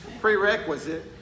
Prerequisite